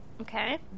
Okay